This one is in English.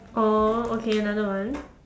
orh okay another one